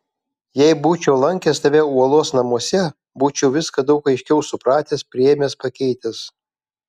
jei būčiau lankęs tave uolos namuose būčiau viską daug aiškiau supratęs priėmęs pakeitęs